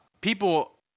people